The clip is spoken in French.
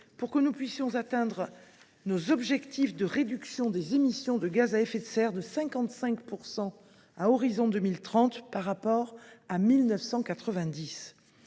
pour que nous puissions atteindre nos objectifs de réduction des émissions nettes de gaz à effet de serre de 55 % d’ici à 2030 par rapport au